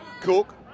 Cook